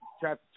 chapter